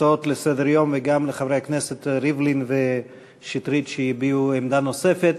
הצעות לסדר-היום וגם לחברי הכנסת ריבלין ושטרית שהביעו עמדה נוספת.